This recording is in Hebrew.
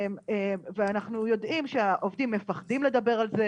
ואנחנו יודעים שהעובדים מפחדים לדבר על זה.